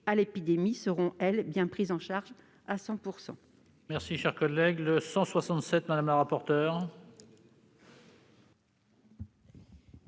l'épidémie seront, elles, bien prises en charge à 100 %.